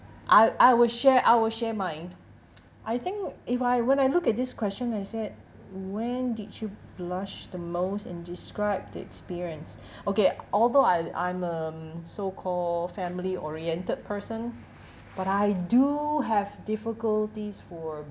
I I will share I will share mine I think if I when I look at this question I said when did you blushed the most and describe the experience okay although I I'm um so call family oriented person but I do have difficulties for